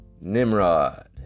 Nimrod